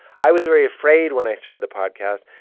i was very afraid when i started the podcast,